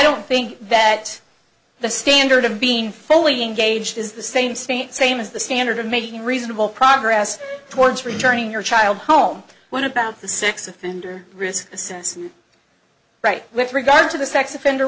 don't think that the standard of being fully engaged is the same state same as the standard of making reasonable progress towards returning your child home when about the sex offender risk since right with regard to the sex offender